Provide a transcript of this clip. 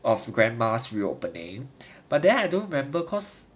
of grandma's reopening but then I don't remember cause